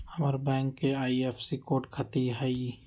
हमर बैंक के IFSC code कथि हई?